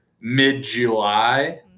mid-July